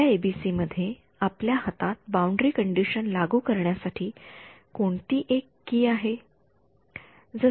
आपल्या एबीसी मध्ये आपल्या हातात बाउंडरी कंडिशन लागू करण्या साठी कोणती एक कळ आहे